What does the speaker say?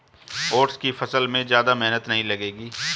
oats की फसल में ज्यादा मेहनत नहीं लगेगी